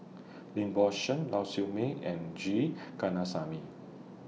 Lim Bo Seng Lau Siew Mei and G Kandasamy